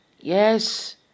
Yes